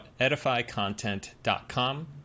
edifycontent.com